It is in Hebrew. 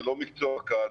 זה לא מקצוע קל.